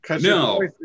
No